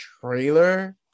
trailer